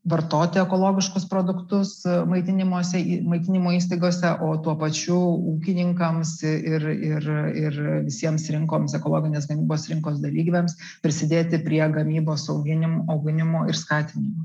vartoti ekologiškus produktus maitinimosi maitinimo įstaigose o tuo pačiu ūkininkams ir ir ir visiems rinkoms ekologinės gamybos rinkos dalyviams prisidėti prie gamybos auginim auginimo ir skatinimo